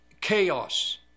chaos